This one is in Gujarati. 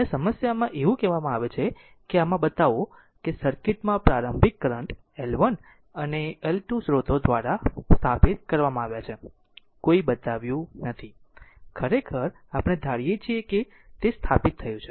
અને સમસ્યામાં એવું કહેવામાં આવે છે કે આમાં બતાવો સર્કિટ માં પ્રારંભિક કરંટ L 1 અને L 2 સ્ત્રોતો દ્વારા સ્થાપિત કરવામાં આવ્યા છે કોઈ બતાવ્યું નથી ખરેખર આપણે ધારીએ છીએ કે તે સ્થાપિત થયું છે